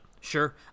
sure